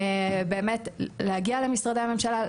באמת להגיע למשרדי הממשלה,